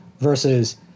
Versus